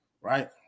Right